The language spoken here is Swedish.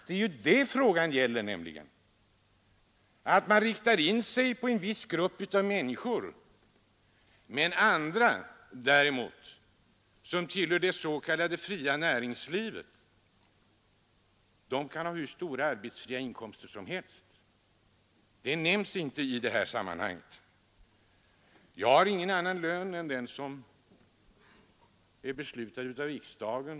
Det är nämligen det frågan gäller: att man riktar in sig på en viss grupp människor, medan andra, som tillhör det s.k. fria näringslivet, kan ha hur stora arbetsfria inkomster som helst. Men det nämns inte i det här sammanhanget. Jag har ingen annan lön än den som är beslutad av riksdagen.